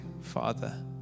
Father